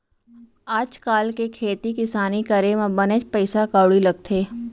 आज काल के खेती किसानी करे म बनेच पइसा कउड़ी लगथे